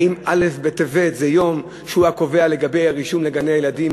האם א' בטבת זה יום שהוא הקובע לגבי רישום לגני-ילדים,